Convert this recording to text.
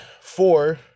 four